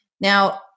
Now